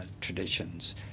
traditions